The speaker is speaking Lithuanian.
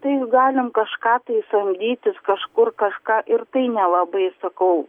tai galim kažką tai samdytis kažkur kažką ir tai nelabai sakau